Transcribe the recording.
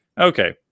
Okay